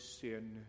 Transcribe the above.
sin